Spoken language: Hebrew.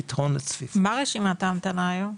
מה רשימת ההמתנה היום?